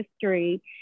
history